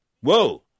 Whoa